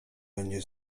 będzie